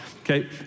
Okay